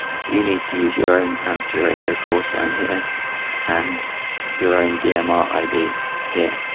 you need to use your own amateur radio callsign here and your own dmr id here.